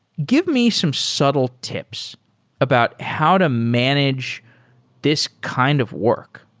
give me some subtle tips about how to manage this kind of work.